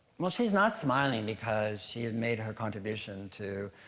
well, she's not smiling because she has made her contribution to